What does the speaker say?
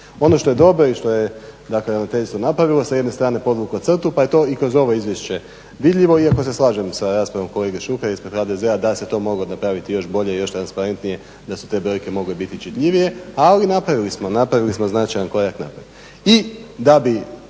Ono što je dobro i što je ravnateljstvo napravilo sa jedne strane podvuklo crtu pa je to i kroz ovo izvješće vidljivo. Iako se slažem sa raspravom kolege Šukera ispred HDZ-a da se to moglo napraviti još bolje, još transparentnije, da su te brojke mogle biti čitljivije, ali napravili smo značajan korak naprijed.